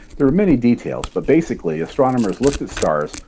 there are many details, but basically astronomers looked at stars,